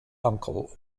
uncle